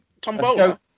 Tombola